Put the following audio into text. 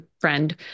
friend